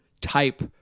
type